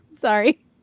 Sorry